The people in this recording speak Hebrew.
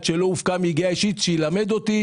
שלא הופקע מיגיעה אישית שילמד אותי.